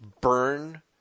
Burn